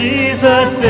Jesus